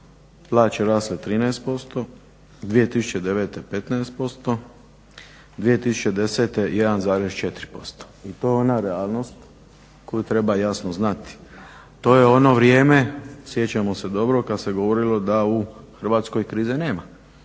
plaće rasle 13%, 2009. 15%, 2010. 1,4% i to je ona realnost koju treba jasno znati. To je ono vrijeme sjećamo se dobro kad se govorilo da u Hrvatskoj krize nema